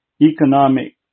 economic